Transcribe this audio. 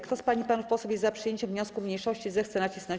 Kto z pań i panów posłów jest za przyjęciem wniosku mniejszości, zechce nacisnąć